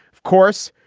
of course,